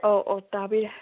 ꯑꯣ ꯑꯣ ꯇꯥꯕꯤꯔꯦ